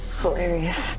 Hilarious